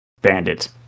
Bandit